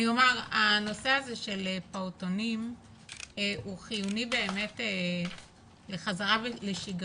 הנושא הזה של פעוטונים הוא חיוני לחזרה לשגרה,